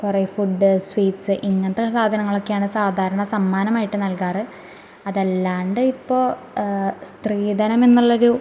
കുറെ food sweets ഇങ്ങനത്തെ സാധനങ്ങളൊക്കെയാണ് സാധാരണ സമ്മാനമായിട്ട് നല്കാറ് അതല്ലാണ്ട് ഇപ്പോൾ സ്ത്രീധനമെന്നുള്ളൊരു